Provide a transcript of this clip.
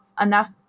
enough